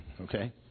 okay